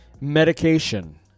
medication